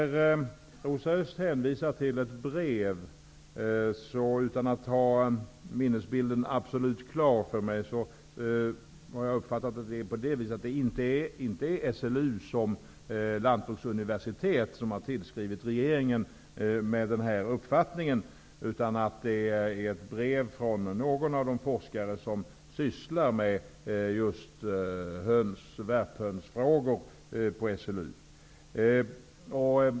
Rosa Östh hänvisar till ett brev, och utan att ha minnesbilden klar för mig har jag uppfattat det så att det inte är Lantbruksuniversitetet som har tillskrivit regeringen med denna uppfattning. Brevet kommer från någon av de forskare som sysslar med just värphönsfrågor på SLU.